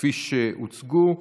כפי שהוצגו.